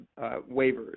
waivers